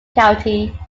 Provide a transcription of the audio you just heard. county